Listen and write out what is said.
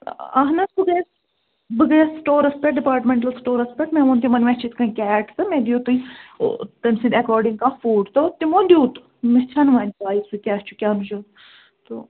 اہن حظ بہٕ گٔیٚیَس بہٕ گٔیٚیَس سٹورس پٮ۪ٹھ ڈِپارٹمیٚنٹل سٹورس پٮ۪ٹھ مےٚ ووٚن تِمن مےٚ چھِ یِتھ کٔنۍ کیٹ تہٕ مےٚ دِیِو تُہۍ ٲں تٔمۍ سٕنٛدۍ ایٚکارڈِنٛگ کانٛہہ فوڈ تہٕ تِمو دیٛت مےٚ چھَنہٕ وۄنۍ پاے سُہ کیٛاہ چھُ کیٛاہ نہٕ چھُ تہٕ